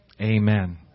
Amen